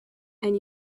and